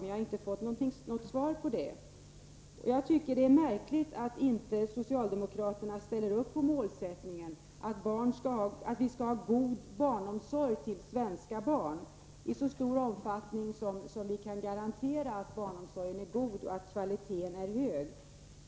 Men jag har inte fått något svar på den frågan. Jag tycker det är märkligt att socialdemokraterna inte ställer upp på målsättningen att vi skall ha god barnomsorg till svenska barn i så stor omfattning som möjligt och i enskild regi så länge som vi kan garantera att barnomsorgen är god och att kvaliten är hög.